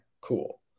Cool